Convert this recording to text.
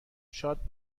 شاد